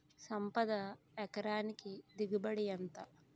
సంపద ఎకరానికి దిగుబడి ఎంత?